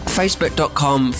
facebook.com